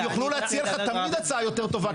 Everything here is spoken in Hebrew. הם יוכלו להציע לך תמיד הצעה יותר טובה,